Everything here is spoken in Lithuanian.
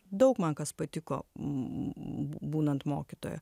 daug man kas patiko būnant mokytoja